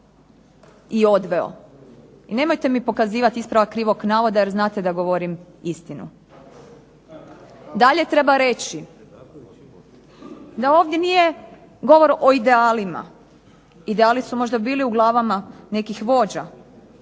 i odveo. I nemojte mi pokazivati ispravak krivog navoda, jer znate da govorim istinu. Dalje treba reći da ovdje nije govor o idealima i da li su bili u glavama nekih vođa,